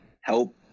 help